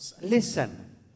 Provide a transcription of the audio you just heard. Listen